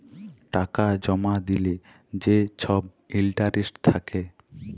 টাকা জমা দিলে যে ছব ইলটারেস্ট থ্যাকে